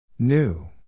New